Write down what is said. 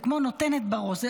זה כמו נותנת בראש.